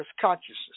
consciousness